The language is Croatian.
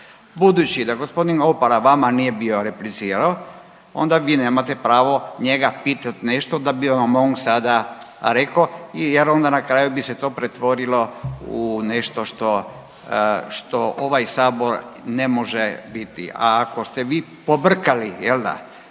Budući da gospodin Opara vama nije bio replicirao, onda vi nemate prava njega pitati nešto da bi vam on sada rekao, jer onda na kraju bi se to pretvorilo u nešto što ovaj Sabor ne može biti. A ako ste vi pobrkali u